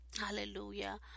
Hallelujah